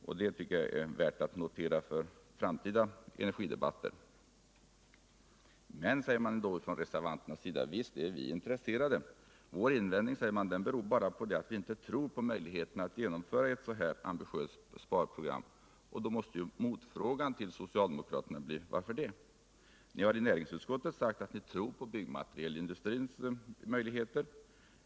Och det tycker jag är värt att notera inför framtida energidebatter. Men — säger man då från reservanternas sida — visst är vi intresserade. Vår invändning, säger man, beror bara på att vi inte tror på möjligheterna att genomföra ett så här ambitiöst sparprogram. Motfrågan till socialdemokraterna måste då bli: Varför det? Ni har i näringsutskottet sagt att ni tror på byggmaterialindustrins möjligheter.